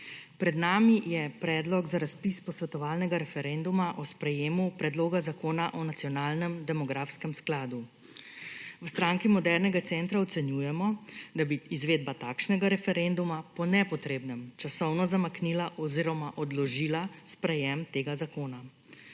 Pred nami je predlog za razpis posvetovalnega referenduma o sprejetju Predloga zakona o nacionalnem demografskem skladu. V Stranki modernega centra ocenjujemo, da bi izvedba takšnega referenduma po nepotrebnem časovno zamaknila oziroma odložila sprejetje tega zakona.